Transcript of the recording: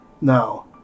No